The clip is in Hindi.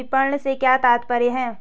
विपणन से क्या तात्पर्य है?